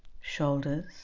shoulders